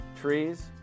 trees